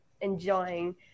enjoying